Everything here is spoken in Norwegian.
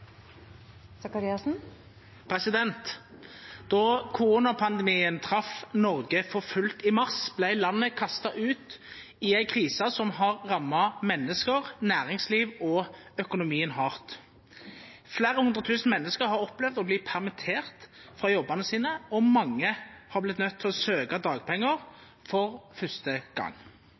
Da koronapandemien traff Norge for fullt i mars, ble landet kastet ut i en krise som har rammet mennesker, næringsliv og økonomien hardt. Flere hundre tusen mennesker har opplevd å bli permittert fra jobbene sine, og mange har blitt nødt til å søke dagpenger for første gang.